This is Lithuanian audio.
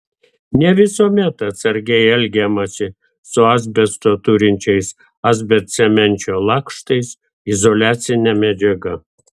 ne visuomet atsargiai elgiamasi su asbesto turinčiais asbestcemenčio lakštais izoliacine medžiaga